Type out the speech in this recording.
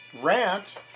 rant